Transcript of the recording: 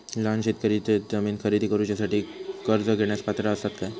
लहान शेतकरी शेतजमीन खरेदी करुच्यासाठी कर्ज घेण्यास पात्र असात काय?